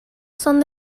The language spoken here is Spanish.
son